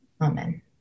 Amen